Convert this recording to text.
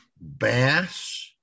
bass